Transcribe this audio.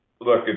look